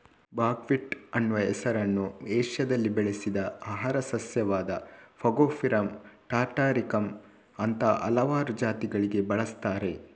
buckwheat ಅನ್ನುವ ಹೆಸರನ್ನ ಏಷ್ಯಾದಲ್ಲಿ ಬೆಳೆಸಿದ ಆಹಾರ ಸಸ್ಯವಾದ ಫಾಗೋಪಿರಮ್ ಟಾಟಾರಿಕಮ್ ಅಂತಹ ಹಲವಾರು ಜಾತಿಗಳಿಗೆ ಬಳಸ್ತಾರೆ